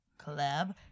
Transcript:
collab